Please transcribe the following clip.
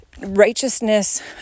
righteousness